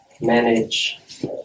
manage